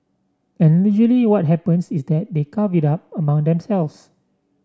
and usually what happens is that they carve it up among themselves